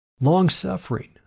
Long-suffering